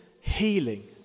healing